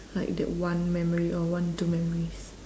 like that one memory or one two memories